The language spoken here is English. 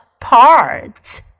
parts